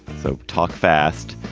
so talk fast.